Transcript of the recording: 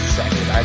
second